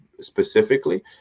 specifically